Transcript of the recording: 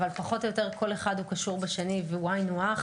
אבל מכיוון שפחות או יותר כל אחד קשור בשני והוא היינו הך